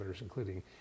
including